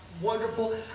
wonderful